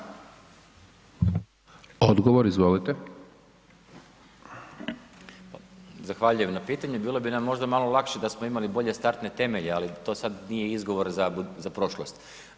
Zahvaljujem na pitanju, bilo bi nam možda malo lakše da smo imali bolje startne temelje, ali to sad nije izgovor za prošlost.